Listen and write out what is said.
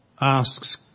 asks